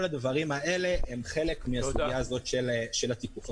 כל הדברים האלה הם חלק מהסוגייה הזו של התיקוף.